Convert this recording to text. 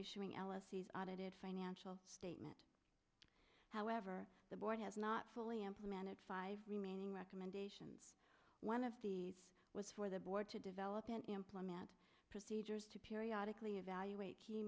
issuing l s e's audited financial statement however the board has not fully implemented five remaining recommendations one of these was for the board to develop and implement procedures to periodically evaluate